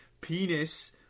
penis